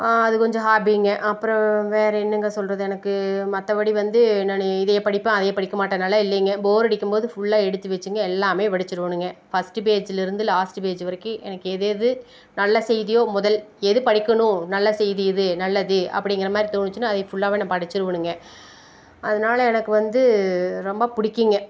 அது கொஞ்சம் ஹாபிங்க அப்புறோம் வேற என்னங்க சொல்கிறது எனக்கு மற்றபடி வந்து நானு இதைய படிப்பேன் அதையே படிக்கமாட்டேனல்லா இல்லைங்க போர் அடிக்கும் போது ஃபுல்லா எடுத்து வச்சிங்க எல்லாமே படிச்சுருவணுங்க ஃபஸ்டு பேஜுலருந்து லாஸ்டு பேஜு வரைக்கும் எனக்கு எது எது நல்ல செய்தியோ முதல் எது படிக்கணும் நல்ல செய்தி இது நல்லது அப்புடிங்குற மாதிரி தோணுச்சுனா அதையே ஃபுல்லாவே நான் படிச்சிருவணுங்க அதனால எனக்கு வந்து ரொம்ப பிடிக்குங்க